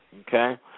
Okay